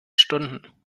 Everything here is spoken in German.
stunden